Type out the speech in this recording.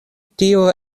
tio